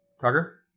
Tucker